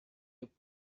get